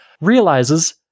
realizes